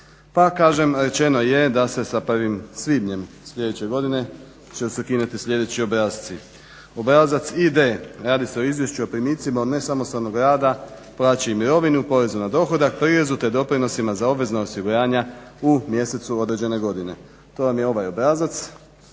Pa kažem, rečeno je da se sa prvim svibnjem sljedeće godine će se ukinuti sljedeći obrasci: obrazac ID radi se o izvješću i primicima od nesamostalnog rada plaći i mirovini, porezu na dohodak, prirezu te doprinosima za obvezno osiguranje u mjesecu određene godine. To vam je ovaj obrazac,